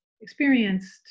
experienced